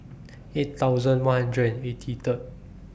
eight thousand one hundred and eighty Third